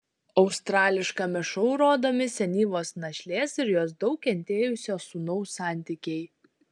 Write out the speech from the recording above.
australiškame šou rodomi senyvos našlės ir jos daug kentėjusio sūnaus santykiai